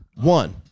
One